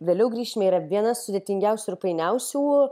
vėliau grįšime yra vienas sudėtingiausių ir painiausių